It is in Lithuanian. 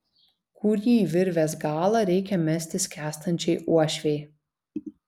kurį virvės galą reikia mesti skęstančiai uošvei